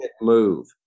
move